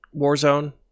Warzone